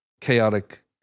chaotic